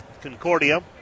Concordia